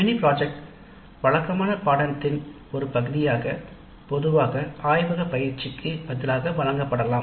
mini project வழக்கமான திட்டத்தின்கீழ் பயிற்சிக்குப் பதிலாக வழங்கப்படலாம்